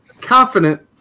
confident